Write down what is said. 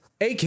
AK